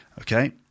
Okay